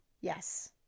Yes